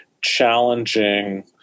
challenging